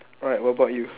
alright what about you